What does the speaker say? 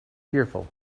fearful